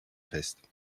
fest